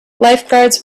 lifeguards